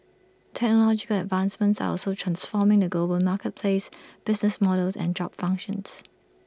technological advancements are also transforming the global marketplace business models and job functions